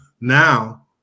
now